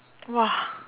!wah!